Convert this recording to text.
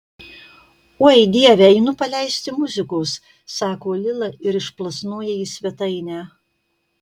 oi dieve einu paleisti muzikos sako lila ir išplasnoja į svetainę